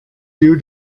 you